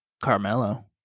Carmelo